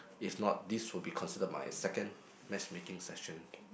if not this will be considered my second matchmaking session